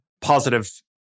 positive